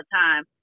time